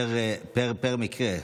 פר מקרה,